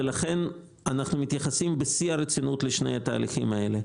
אנחנו מתייחסים בשיא הרצינות לשני התהליכים האלה.